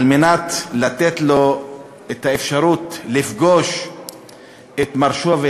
מנת לתת לו את האפשרות לפגוש את מרשו,